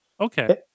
Okay